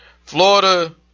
Florida